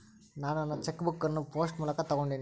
ನಾನು ನನ್ನ cheque book ಅನ್ನು ಪೋಸ್ಟ್ ಮೂಲಕ ತೊಗೊಂಡಿನಿ